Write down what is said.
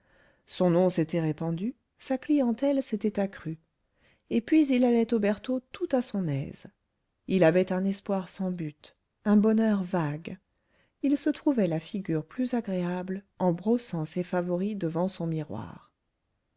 son nom s'était répandu sa clientèle s'était accrue et puis il allait aux bertaux tout à son aise il avait un espoir sans but un bonheur vague il se trouvait la figure plus agréable en brossant ses favoris devant son miroir